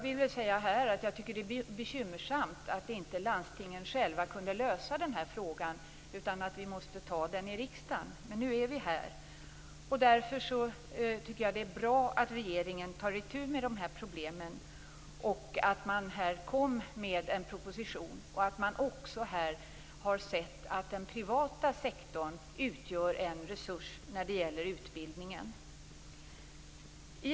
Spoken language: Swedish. Det är bekymmersamt att landstingen själva inte kunde lösa den här frågan utan att vi måste behandla den i riksdagen. Men nu är det på det sättet. Därför tycker jag att det är bra att regeringen nu tar itu med dessa problem, att man lade fram en proposition och att man också har sett att privata sektorn utgör en resurs när det gäller utbildningen.